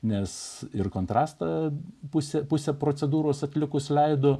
nes ir kontrastą pusė pusę procedūros atlikus leido